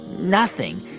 nothing,